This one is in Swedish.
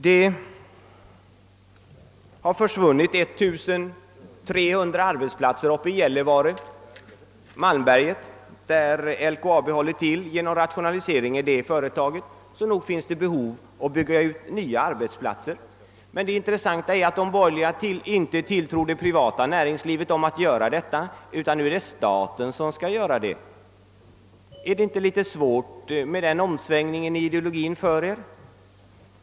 Genom rationalisering i LKAB har ca 1300 arbetsplatser försvunnit i Gällivare och Malmberget, så nog behöver nya arbetsplatser byggas ut. Men det intressanta är att de borgerliga inte tror att det privata näringslivet kan göra detta, utan nu är det staten som skall träda till. är inte denna omsvängning i ideologin litet besvärlig för er?